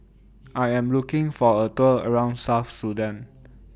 I Am looking For A Tour around South Sudan